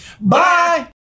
Bye